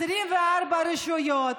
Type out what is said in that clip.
24 רשויות,